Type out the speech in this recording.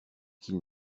qu’il